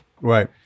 Right